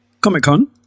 Comic-Con